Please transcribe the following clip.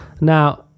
Now